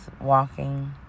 walking